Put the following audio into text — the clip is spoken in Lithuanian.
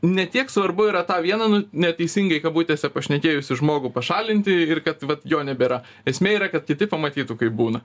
ne tiek svarbu yra tą vieną nu neteisingai kabutėse pašnekėjusį žmogų pašalinti ir kad vat jo nebėra esmė yra kad kiti pamatytų kaip būna